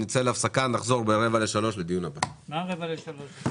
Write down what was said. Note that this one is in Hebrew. הישיבה ננעלה בשעה 14:32.